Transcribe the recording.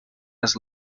has